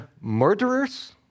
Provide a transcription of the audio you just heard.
murderers